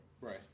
Right